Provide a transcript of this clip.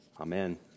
Amen